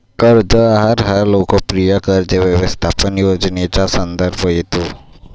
कर्ज आहार हा लोकप्रिय कर्ज व्यवस्थापन योजनेचा संदर्भ देतो